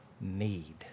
need